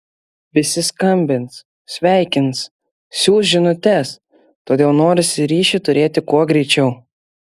visi skambins sveikins siųs žinutes todėl norisi ryšį turėti kuo greičiau